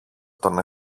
τον